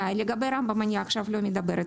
לא מדברת